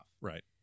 Right